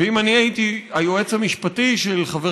ואם אני הייתי היועץ המשפטי של חבר